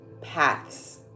paths